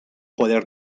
poder